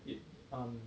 it um